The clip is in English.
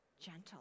gentle